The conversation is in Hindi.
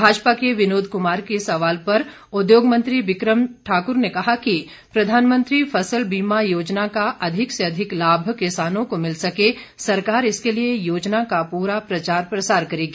भाजपा के विनोद कुमार के सवाल पर उद्योग मंत्री बिक्रम सिंह ठाक्र ने कहा कि प्रधानमंत्री फसल बीमा योजना का अधिक से अधिक लाभ किसानों को मिल सके सरकार इसके लिए योजना का पूरा प्रचार प्रसार करेगी